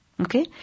Okay